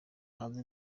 hanze